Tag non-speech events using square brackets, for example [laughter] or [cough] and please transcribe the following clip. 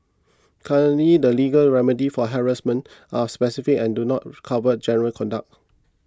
currently the legal remedies for harassment are specific and do not [noise] cover general conduct